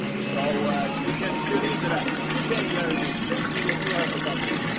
so ah um you can tune into that. okay, jeremy. let's see what you have for summary.